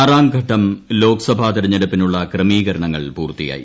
ആറാംഘട്ട ലോക്സഭാ തെരഞ്ഞെടുപ്പിനുള്ള ക്രമീകരണങ്ങൾ പൂർത്തിയായി